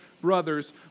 brothers